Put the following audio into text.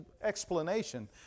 explanation